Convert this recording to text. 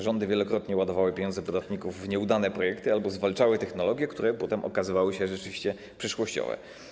Rządy wielokrotnie ładowały pieniądze podatników w nieudane projekty albo zwalczały technologie, które potem okazywały się rzeczywiście przyszłościowe.